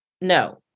No